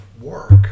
work